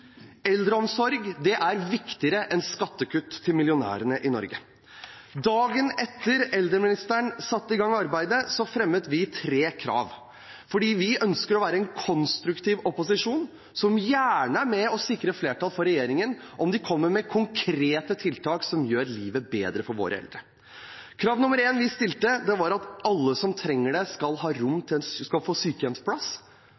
Eldreomsorg er viktigere enn skattekutt til millionærene i Norge. Dagen etter at eldreministeren satte i gang arbeidet, fremmet vi tre krav, for vi ønsker å være en konstruktiv opposisjon som gjerne er med og sikrer flertall for regjeringen om de kommer med konkrete tiltak som gjør livet bedre for våre eldre. Krav nummer én som vi stilte, var at alle som trenger det, skal